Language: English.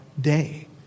day